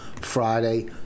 Friday